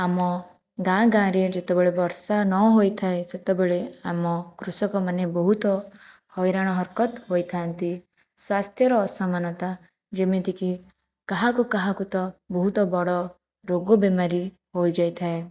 ଆମ ଗାଁ ଗାଁରେ ଯେତେବେଳେ ବର୍ଷା ନହୋଇଥାଏ ସେତେବେଳେ ଆମ କୃଷକମାନେ ବହୁତ ହଇରାଣ ହରକତ ହୋଇଥାଆନ୍ତି ସ୍ୱାସ୍ଥ୍ୟର ଅସମାନତା ଯେମିତିକି କାହାକୁ କାହାକୁ ତ ବହୁତ ବଡ଼ ରୋଗ ବେମାରୀ ହୋଇଯାଇଥାଏ